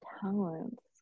talents